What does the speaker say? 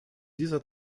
dieser